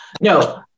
No